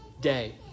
day